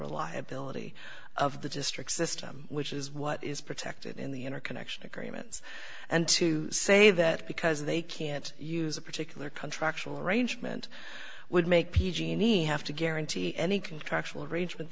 reliability of the district system which is what is protected in the interconnection agreements and to say that because they can't use a particular contractual arrangement would make any have to guarantee any contractual arrangement